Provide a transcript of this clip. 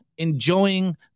Enjoying